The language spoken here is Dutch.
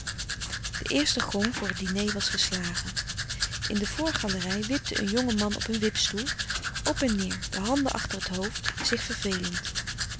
de eerste gong voor het diner was geslagen in de voorgalerij wipte een jonge man op een wipstoel op en neêr de handen achter het hoofd zich vervelend